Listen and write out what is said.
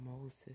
Moses